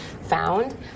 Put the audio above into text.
found